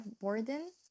Borden